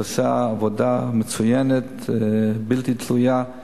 הוא עושה עבודה מצוינת, בלתי תלויה,